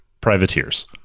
privateers